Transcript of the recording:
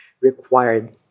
required